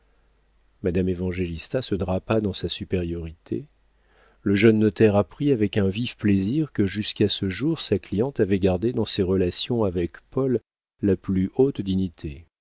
finance madame évangélista se drapa dans sa supériorité le jeune notaire apprit avec un vif plaisir que jusqu'à ce jour sa cliente avait gardé dans ses relations avec paul la plus haute dignité